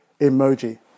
emoji